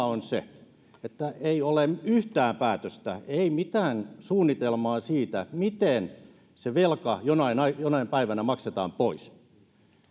on se että ei ole yhtään päätöstä ei mitään suunnitelmaa siitä miten se velka jonain päivänä maksetaan pois